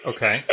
Okay